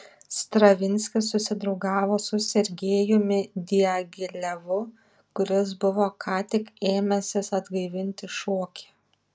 stravinskis susidraugavo su sergejumi diagilevu kuris buvo ką tik ėmęsis atgaivinti šokį